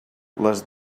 les